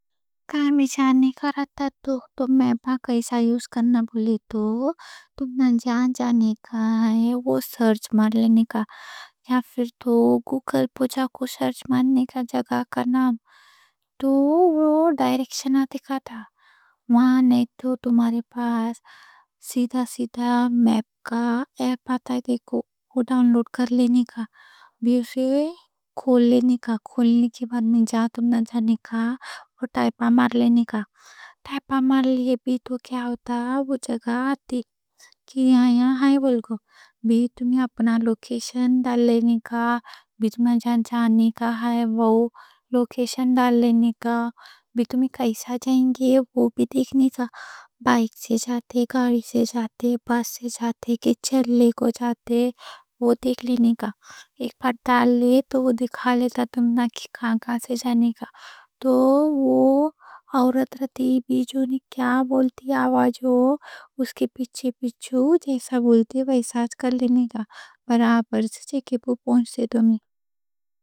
کھاں جانے کا رہتا تو، میپ کیسا یوز کرنا بولے تو تم نے جہاں جانے کا ہے وہ سرچ مار لینے کا یا پھر تو گوگل پوچھا کو سرچ مارنے کا، جگہ کا نام تو وہ ڈائریکشن آتے مانے تو تمہارے پاس سیدھا سیدھا میپ کا ایپ آتا ہے دیکھو وہ ڈاؤن لوڈ کر لینے کا، اسے کھول لینے کا کھولنے کے بعد میں جہاں تم نے جانے کا وہ ٹائپا مار لینے کا ٹائپا مار لیے بھی تو کیا ہوتا، وہ جگہ آتی، یہاں ہے بول کے تمہیں اپنا لوکیشن ڈال لینے کا بھی جہاں جانے کا ہے وہ لوکیشن ڈال لینے کا بھی تمہیں کیسا جائیں گے وہ بھی دیکھ لینے کا: بائک سے جاتے، گاڑی سے جاتے، بس سے جاتے، کے چلے کوں جاتے، وہ دیکھ لینے کا ایک بات ڈال لے تو وہ دکھا لیتا تمنا کی کھاں کھاں سے جانے کا تو وہ اور روٹ بھی جو بولتی آواز ہو، اس کے پیچھو جیسا بولتی ویسا ایچ کر لینے کا برابر سے جی کے پہ پہنچتے تمہیں